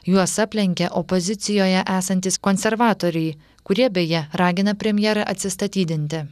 juos aplenkė opozicijoje esantys konservatoriai kurie beje ragina premjerą atsistatydinti